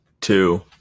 two